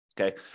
Okay